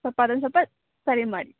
ಸ್ವಲ್ಪ ಅದನ್ನು ಸ್ವಲ್ಪ ಸರಿ ಮಾಡಿ